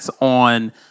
on